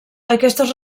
aquestes